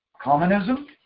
communism